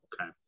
okay